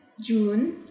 June